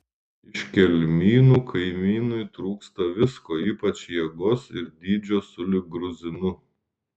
iš kelmynų kaimynui trūksta visko ypač jėgos ir dydžio sulig gruzinu